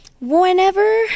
Whenever